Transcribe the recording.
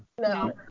No